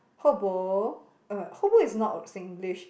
ho bo uh ho bo is not of Singlish